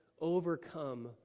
overcome